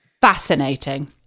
Fascinating